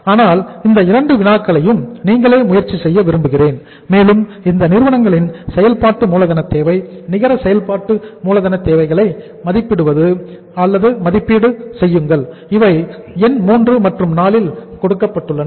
ஆனால் இந்த இரண்டு வினாக்களையும் நீங்களே முயற்சி செய்ய விரும்புகிறேன் மேலும் இந்த நிறுவனங்களின் செயல்பாட்டு மூலதன தேவை நிகர செயல்பாட்டு மூலதன தேவைகளை மதிப்பீடு செய்யுங்கள் இவை எண் 3 மற்றும் 4 ல் கொடுக்கப்பட்டுள்ளன